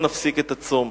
לא נפסיק את הצום.